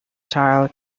style